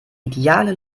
ideale